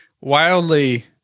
wildly